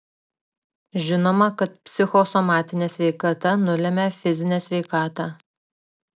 žinoma kad psichosomatinė sveikata nulemia fizinę sveikatą